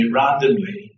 randomly